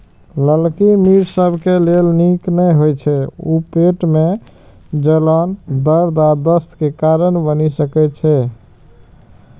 ललकी मिर्च सबके लेल नीक नै होइ छै, ऊ पेट मे जलन, दर्द आ दस्त के कारण बनि सकै छै